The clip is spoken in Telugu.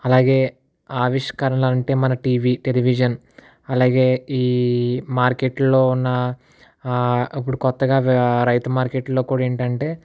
అలాగే ఆవిష్కరణలు అంటే మన టీవీ టెలివిజన్ అలాగే ఈ మార్కెట్ లో ఉన్న ఇప్పుడు కొత్తగా రైతు మార్కెట్ లో కూడా ఏంటంటే